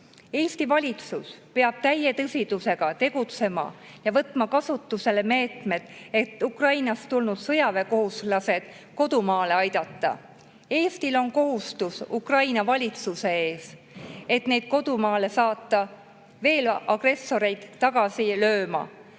Eesti valitsus peab täie tõsidusega tegutsema ja võtma kasutusele meetmed, et Ukrainast tulnud sõjaväekohuslased kodumaale aidata. Eestil on kohustus Ukraina valitsuse ees, et nad kodumaale saata agressoreid tagasi lööma.